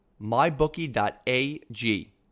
MyBookie.ag